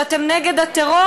שאתם נגד הטרור,